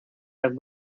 had